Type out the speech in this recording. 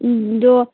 ꯎꯝ ꯑꯗꯣ